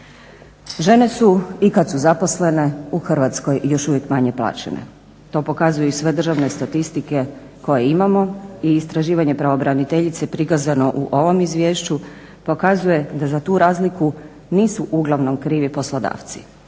Žene su i kad su zaposlene u Hrvatskoj još uvijek manje plaćene. To pokazuju i sve državne statistike koje imamo i istraživanje pravobraniteljice prikazano u ovom izvješću pokazuje da za tu razliku nisu uglavnom krivi poslodavci.